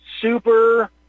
super